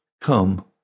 come